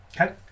Okay